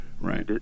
Right